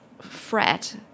fret